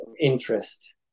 interest